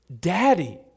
daddy